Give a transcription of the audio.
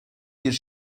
bir